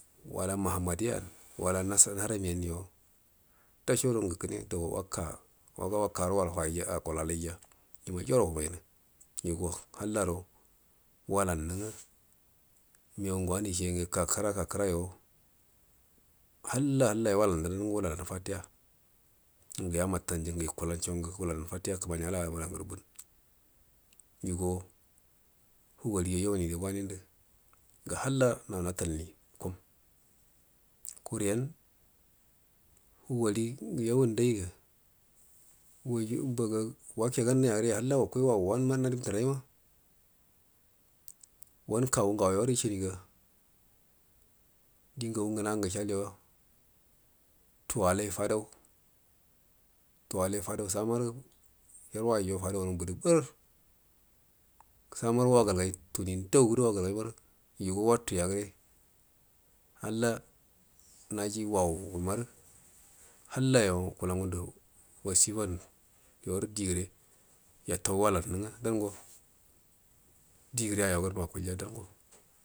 Wala mahammadiya naramiyanyo nda shoda aga kure dau waka waga wakarə wal wai akulalaiya ima jauro wamainu yugo hallaro walannu nga migau ngu wanu isheniga ka kara ka bəra yo hallayo waladan nga waladan fatiya ngu namatuan ju ngu yukulansho wuladau fatiya kəmani ala awudan ugurə bun yugo hagori ugu yawuaire wanində ga halla nan natalai ku kiren hugo ri ngu yawundaiga waju mbaga wakegangi re halla wau wanu madunta raima wan ka gu ngaa yuru ishaiiga dingagu ngna ngu gushalyo fadau tawal ai fadau samarə yarwaijo fadawan budu barrə so warə wa galgai tuni ndagudo wagalgar waru yugo wafaga gəre halla naji wau warə hallayo wakula agundu masifaa yaru dire atau walannu aga dango digree ayawanma akulya dango.